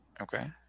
Okay